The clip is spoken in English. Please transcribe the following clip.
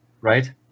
right